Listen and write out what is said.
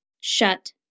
Shut